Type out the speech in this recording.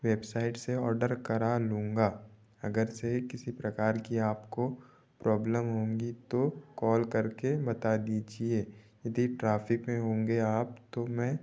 website से order करा लूँगा अगर से किसी प्रकार की आपको प्रॉब्लम होगी तो कॉल करके बता दीजिए यदि ट्राफिक में होंगे आप तो मैं